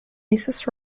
mrs